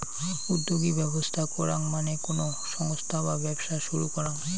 উদ্যোগী ব্যবস্থা করাঙ মানে কোনো সংস্থা বা ব্যবসা শুরু করাঙ